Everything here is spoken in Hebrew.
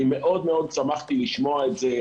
אני מאוד מאוד שמחתי לשמוע את זה.